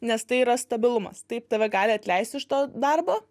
nes tai yra stabilumas taip tave gali atleist iš to darbo